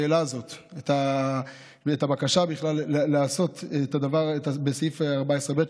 שהעלה זאת ואת הבקשה בכלל לעשות את הדבר שהיה בסעיף 14(ב),